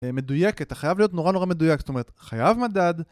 מדויקת, אתה חייב להיות נורא נורא מדויק, זאת אומרת חייב מדד